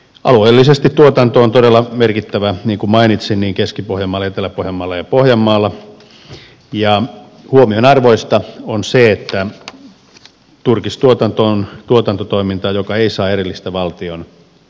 alueellisesti tuotanto on todella merkittävä niin kuin mainitsin keski pohjanmaalla etelä pohjanmaalla ja pohjanmaalla ja huomionarvoista on se että turkistuotanto on tuotantotoimintaa joka ei saa erillistä valtion tukea